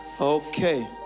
Okay